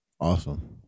Awesome